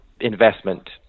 investment